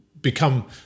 become